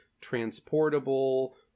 transportable